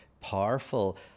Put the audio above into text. powerful